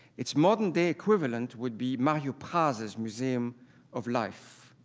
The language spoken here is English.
its modern day equivalent would be mario praz's museum of life.